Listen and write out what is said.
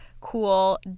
cool